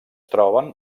troben